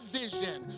vision